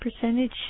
percentage